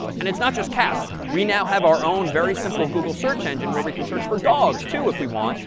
and it's not just cats. we now have our own very simple google search engine where we can search for dogs, too, if we want.